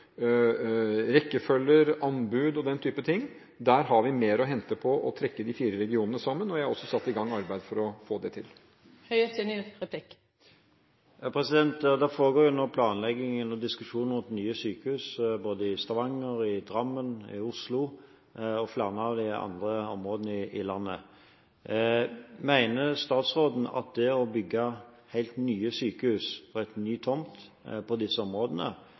rekkefølger, anbud og den type ting, har vi mer å hente på å trekke de fire regionene sammen, og jeg har også satt i gang arbeid for å få det til. Det foregår nå planlegging av og diskusjon om nye sykehus i både Stavanger, Drammen, Oslo og flere andre områder i landet. Mener statsråden at det å bygge helt nye sykehus, på nye tomter, i disse områdene